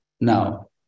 Now